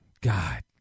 God